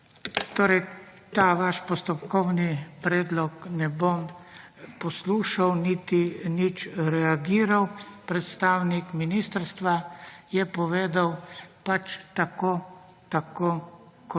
ta vaš postopkovni predlog ne bom poslušal niti nič reagiral. Predstavnik ministrstva je povedal tako kot